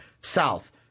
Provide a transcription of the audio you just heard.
south